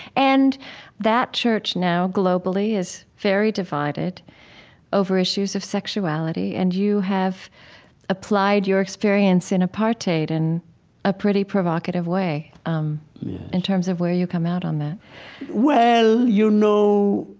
and that church now, globally, is very divided over issues of sexuality, and you have applied your experience in apartheid in a pretty provocative way um in terms of where you come out on that well, you know,